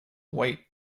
wait